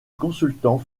consultant